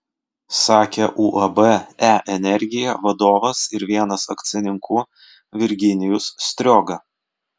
sakė uab e energija vadovas ir vienas akcininkų virginijus strioga